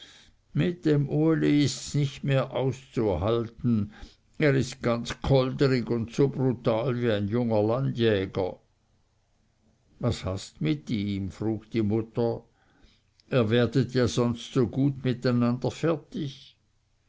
mit dem uli ists nicht mehr auszuhalten er ist ganz kolderig und so brutal wie ein junger landjäger was hast mit ihm frug die mutter ihr werdet ja sonst so gut mit einander fertig